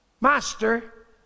Master